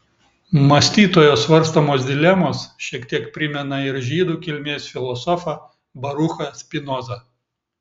mąstytojo svarstomos dilemos šiek tiek primena ir žydų kilmės filosofą baruchą spinozą